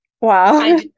Wow